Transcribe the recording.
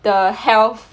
的 health